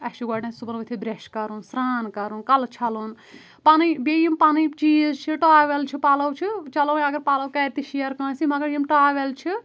اسۍ چھُ گۄڈنٮ۪ٹھ صُبحن ؤتِھتھ برٛش کَرُن سرٛان کَرُن کَلہٕ چَھلُن پَنٕنۍ بیٚیہِ یِم پَنٕنۍ چیٖز چھِ ٹاوٮ۪ل چھِ پِلو چھِ چَلو ونۍ اگر پلو کَرِ تہِ شیر کٲنٛسہِ سۭتۍ مگر یِم ٹاوٮ۪ل چھِ